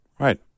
Right